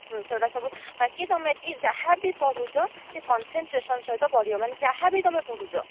ସେହିଗୁଡ଼ା ସବୁ ବାକି ତମେ ଏତିକି ଯାହା ବି ପଢ଼ୁଛ ଟିକେ କନସେନଟ୍ରେସନ ସହ ପଢ଼ିବ ମାନେ ଯାହା ବି ତମେ ପଢ଼ୁଛ